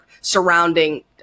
surrounding